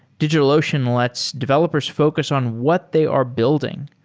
digitalocean lets developers focus on what they are building.